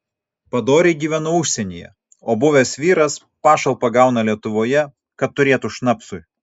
padoriai gyvenu užsienyje o buvęs vyras pašalpą gauna lietuvoje kad turėtų šnapsui